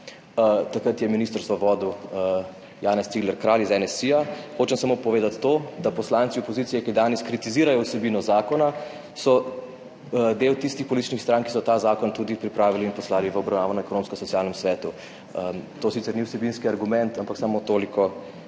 takrat je ministrstvo vodil Janez Cigler Kralj iz NSi, hočem povedati samo to, da so poslanci opozicije, ki danes kritizirajo vsebino zakona, del tistih političnih strank, ki so ta zakon tudi pripravili in poslali v obravnavo Ekonomsko-socialnemu svetu. To sicer ni vsebinski argument, ampak samo toliko,